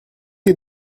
est